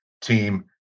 team